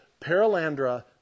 Paralandra